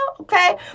Okay